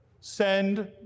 send